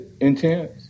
intense